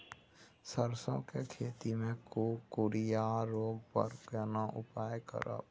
सरसो के खेती मे कुकुरिया रोग पर केना उपाय करब?